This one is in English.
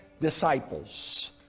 disciples